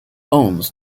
owns